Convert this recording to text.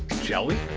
shall we?